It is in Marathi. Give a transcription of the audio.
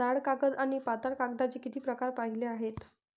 जाड कागद आणि पातळ कागदाचे किती प्रकार पाहिले आहेत?